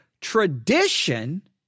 tradition